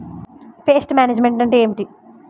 Pest management అంటే ఏమిటి?